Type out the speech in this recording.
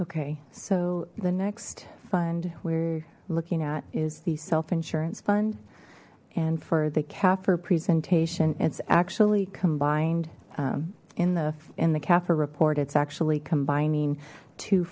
okay so the next fund we're looking at is the self insurance fund and for the kafir presentation it's actually combined in the in the kafir report it's actually combining t